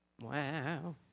Wow